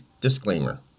disclaimer